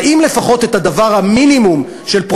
אמרה